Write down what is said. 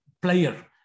player